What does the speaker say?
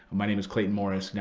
my name is clayton morris. now,